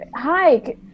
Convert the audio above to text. hi